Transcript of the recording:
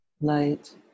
light